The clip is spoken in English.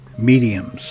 mediums